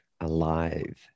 alive